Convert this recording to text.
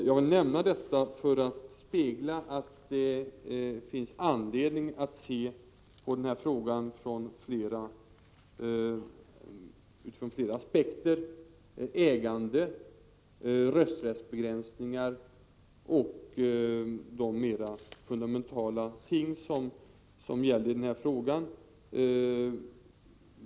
Jag vill nämna detta för att spegla att det finns anledning att se på denna fråga ur flera aspekter: ägande, rösträttsbegränsningar och det mer fundamentala som gäller i denna fråga.